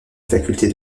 faculté